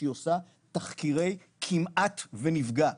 שהיא עושה תחקירי כמעט ונפגע,